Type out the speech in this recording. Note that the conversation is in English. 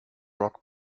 rock